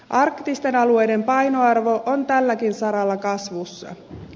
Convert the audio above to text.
arktisten alueiden painoarvo on tälläkin saralla kasvussa